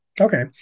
okay